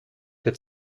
der